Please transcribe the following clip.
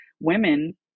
Women